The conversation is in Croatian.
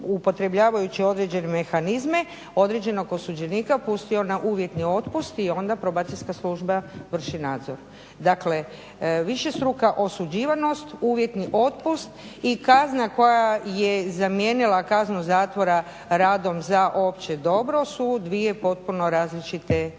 upotrebljavajući određene mehanizme određenog osuđenika pustio na uvjetni otpust i onda Probacijska služba vrši nadzor. Dakle, višestruka osuđivanost, uvjetni otpust i kazna koja je zamijenila kaznu zatvora radom za opće dobro su dvije potpuno različite stvari.